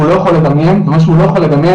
הוא לא יכול לדמיין משהו לא יכול לדמיין,